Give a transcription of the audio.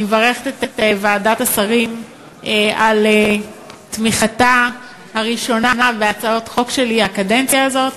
אני מברכת את ועדת השרים על תמיכתה הראשונה בהצעת חוק שלי בקדנציה הזאת,